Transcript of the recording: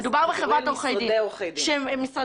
אני רוצה להסביר שמדובר בחברת עורכי דין שמגיעה